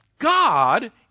God